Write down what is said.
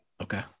Okay